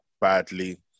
badly